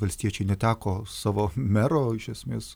valstiečiai neteko savo mero iš esmės